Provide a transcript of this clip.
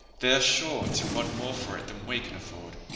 they're sure to want more for it than we can afford.